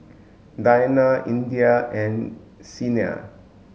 Danial Indah and Senin